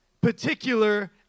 particular